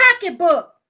pocketbook